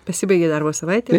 pasibaigė darbo savaitė